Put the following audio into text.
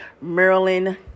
Maryland